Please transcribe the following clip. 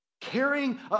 Carrying